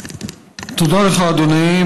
תודה לך, אדוני.